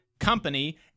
company